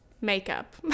makeup